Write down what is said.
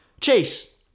Chase